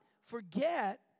forget